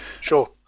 sure